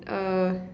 uh